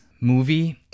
movie